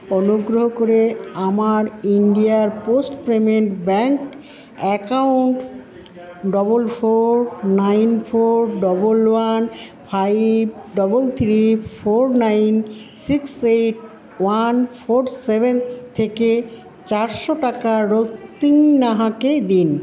অনুগ্রহ করে আমার India Post Payment Bank account double four nine four double one five double three four nine six eight one four seven থেকে চারশো টাকা রক্তিম নাহাকে দিন